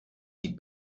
qui